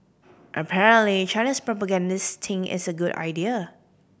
apparently China's propagandists think it's a good idea